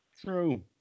True